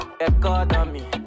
economy